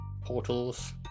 portals